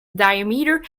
diameter